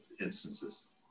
instances